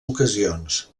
ocasions